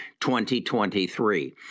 2023